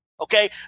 Okay